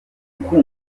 gitaramo